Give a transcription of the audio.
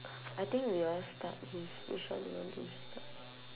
I think we all start with which one you want to start